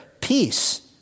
peace